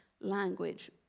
language